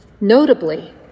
Notably